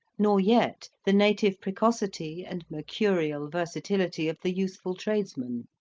nor yet the native precocity and mercurial versatility of the youthful tradesman.